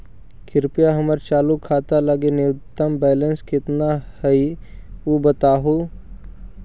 कृपया हमर चालू खाता लगी न्यूनतम बैलेंस कितना हई ऊ बतावहुं